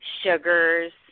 sugars